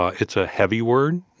ah it's a heavy word.